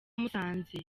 musanze